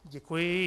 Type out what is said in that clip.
Děkuji.